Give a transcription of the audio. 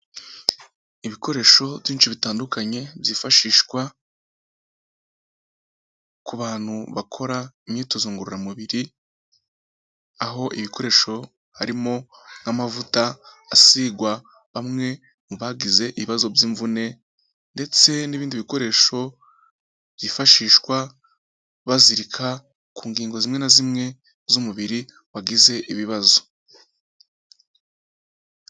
Ibikoresho byinshi bitandukanye, byifashishwa ku bantu bakora imyitozo ngororamubiri, aho ibikoresho harimo nk'amavuta asigwa bamwe mu bagize ibibazo by'imvune, ndetse n'ibindi bikoresho byifashishwa bazirika ku ngingo zimwe na zimwe z'umubiri, wagize ibibazo.